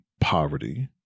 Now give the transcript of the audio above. poverty